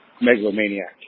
megalomaniac